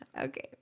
Okay